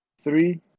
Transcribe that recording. three